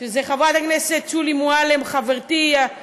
שזה חברת הכנסת שולי מועלם, חברתי, באמת,